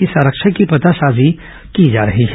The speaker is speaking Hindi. इस आरक्षक की पतासाजी की जा रही है